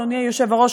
אדוני היושב-ראש,